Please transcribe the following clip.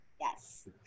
yes